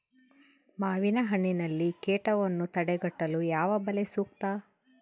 ಮಾವಿನಹಣ್ಣಿನಲ್ಲಿ ಕೇಟವನ್ನು ತಡೆಗಟ್ಟಲು ಯಾವ ಬಲೆ ಸೂಕ್ತ?